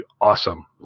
awesome